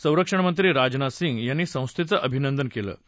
संरक्षण मंत्री राजनाथ सिंग यांनी संस्थेचं अभिनंदन केलं आहे